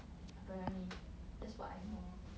apparently that's what I know